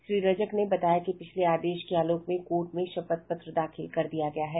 श्री रजक ने बताया कि पिछले आदेश के आलोक में कोर्ट में शपथ पत्र दाखिल कर दिया गया है